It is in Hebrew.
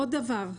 עוד דבר.